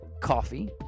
coffee